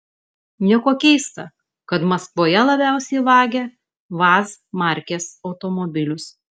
nieko keista kad maskvoje labiausiai vagia vaz markės automobilius